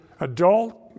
adult